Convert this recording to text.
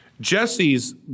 Jesse's